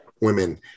women